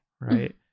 right